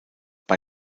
bei